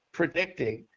predicting